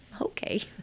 Okay